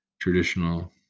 traditional